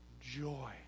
joy